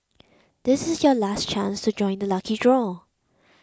this is your last chance to join the lucky draw